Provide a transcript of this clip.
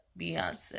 Beyonce